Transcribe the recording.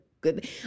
good